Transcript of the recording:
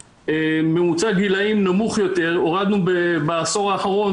לממוצע גילאים נמוך יותר הורדנו בעשור האחרון